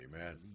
Amen